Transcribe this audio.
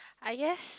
I guess